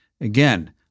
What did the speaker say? again